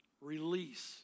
release